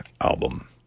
album